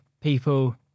people